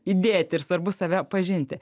įdėti ir svarbu save pažinti